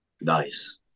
Nice